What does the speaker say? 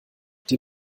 die